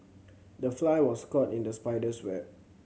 the fly was caught in the spider's web